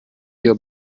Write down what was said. your